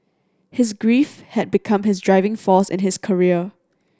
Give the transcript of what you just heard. his grief had become his driving force in his career